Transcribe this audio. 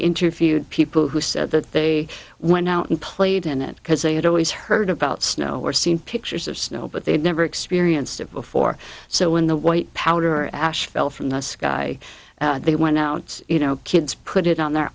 interviewed people who said that they went out and played in it because they had always heard about snow or seen pictures of snow but they had never experienced it before so when the white powder or ash fell from the sky they went out you know kids put it on their